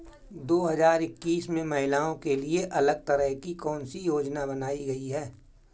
दो हजार इक्कीस में महिलाओं के लिए अलग तरह की कौन सी योजना बनाई गई है?